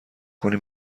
کنی